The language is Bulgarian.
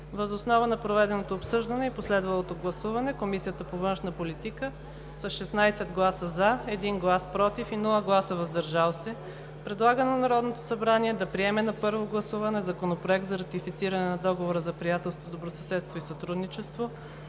Въз основа на проведеното обсъждане и последвалото гласуване Комисията по външна политика с 16 гласа „за“, 1 глас „против“ и без „въздържал се“ предлага на Народното събрание да приеме на първо гласуване Законопроект за ратифициране на Договора за приятелство, добросъседство и сътрудничество